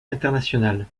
international